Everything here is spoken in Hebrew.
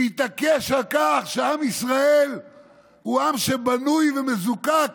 להתעקש על כך שעם ישראל הוא עם שבנוי ומזוקק